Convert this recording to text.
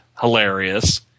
hilarious